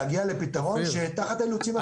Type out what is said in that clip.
להגיע פתרון שיהיה תחת האילוצים הקיימים.